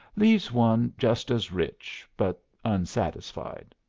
leaves one just as rich, but unsatisfied.